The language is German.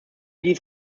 dies